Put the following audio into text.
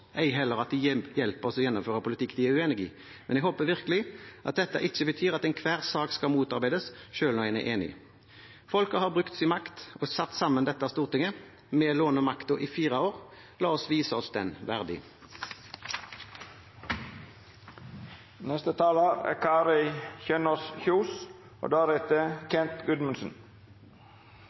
ei heller at de hjelper oss med å gjennomføre politikk de er uenig i, men jeg håper virkelig at dette ikke betyr at enhver sak skal motarbeides selv om en er enig. Folket har brukt sin makt og satt sammen dette stortinget. Vi låner makten i fire år. La oss vise oss den verdig. Jeg er